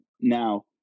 now